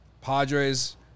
Padres